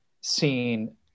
seen